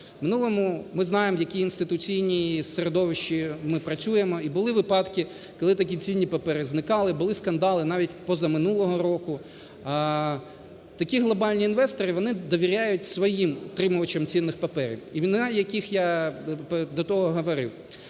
минулому ми знаємо, в якому інституційному середовищі ми працюємо, і були випадки, коли такі цінні папери зникали, були скандали навіть позаминулого року. такі глобальні інвестори, вони довіряють своїм утримувачам цінних паперів, імена яких я до того говорив.